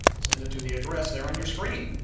send it to the address there on your screen.